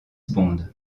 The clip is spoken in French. bond